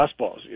fastballs